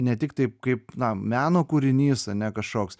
ne tik taip kaip meno kūrinys ane kažkoks